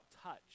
touch